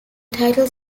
title